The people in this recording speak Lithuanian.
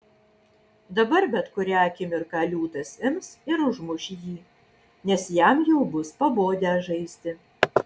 dabar bet kurią akimirką liūtas ims ir užmuš jį nes jam jau bus pabodę žaisti